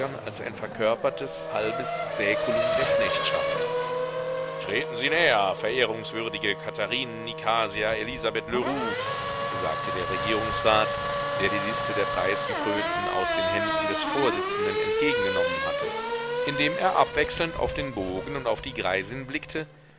als ein verkörpertes halbes säkulum der knechtschaft treten sie näher verehrungswürdige katharine nikasia elisabeth leroux sagte der regierungsrat der die liste der preisgekrönten aus den händen des vorsetzenden entgegengenommen hatte indem er abwechselnd auf den bogen und auf die greisin blickte